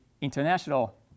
international